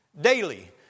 Daily